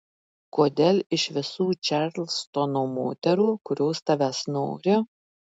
kodėl iš visų čarlstono moterų kurios tavęs nori